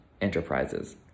enterprises